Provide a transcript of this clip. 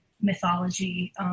mythology